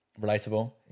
relatable